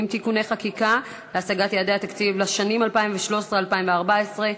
(תיקוני חקיקה להשגת יעדי התקציב לשנים 2013 ו-2014),